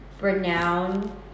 renowned